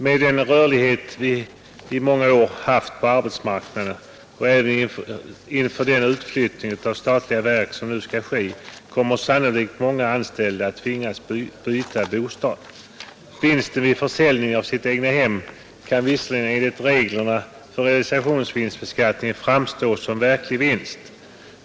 Med den rörlighet vi i många år haft på arbetsmarknaden och även inför den utflyttning av statliga verk som nu skall ske kommer sannolikt många anställda att tvingas byta bostad. Vinsten vid försäljningen av egnahemmet kan visserligen enligt reglerna för realisationsvinstbeskattningen framstå som en verklig vinst.